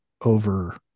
Over